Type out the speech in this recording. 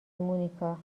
مونیکا